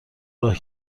راه